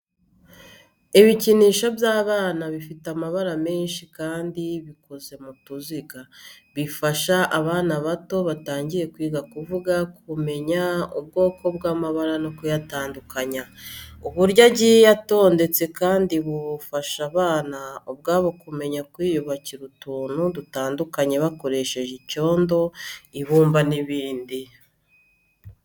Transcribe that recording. Ibikinisho by’abana bifite amabara menshi kandi bikoze mu tuziga. Bifasha abana bato batangiye kwiga kuvuga, kumenya ubwoko bw'amabara no kuyatandukanya. Uburyo agiye atondetse kandi bufasha abana ubwabo kumenya kwiyubakira utuntu dutandukanye bakoresheje icyondo, ibumba n'ibindi.